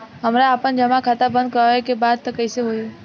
हमरा आपन जमा खाता बंद करवावे के बा त कैसे होई?